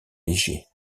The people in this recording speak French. léger